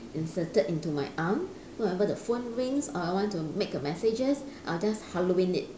inserted into my arm so whenever the phone rings or I want to make a messages I will just hello in it